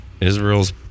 Israel's